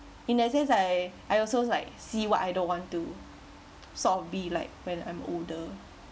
in that sense I I also like see what I don't want to sort of be like when I'm older